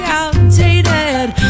outdated